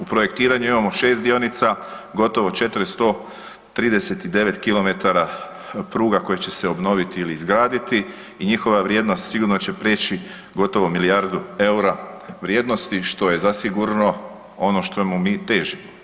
U projektiranju imamo 6 dionica, gotovo 439 km pruga koje će se obnoviti ili izgraditi i njihova vrijednost sigurno će prijeći gotovo milijardu EUR-a vrijednosti što je zasigurno ono što mu mi težimo.